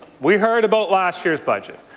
we heard about last year's budget.